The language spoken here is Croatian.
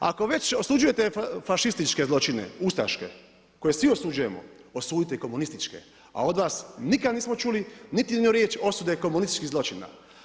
Ako već osuđujete fašističke zločine, ustaške, koje svi osuđujemo, osudite i komunističke, a od vas nikad nismo čuli niti jednu riječ osude komunističkih zločina.